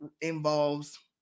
involves